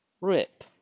Rip